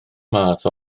math